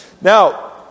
Now